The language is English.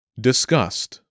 Disgust